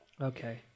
okay